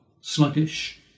sluggish